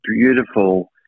beautiful